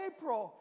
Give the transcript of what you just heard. April